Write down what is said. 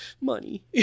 money